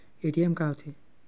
ATM का होथे?